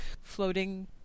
floating